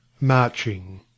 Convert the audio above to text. Marching